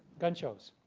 gun shows.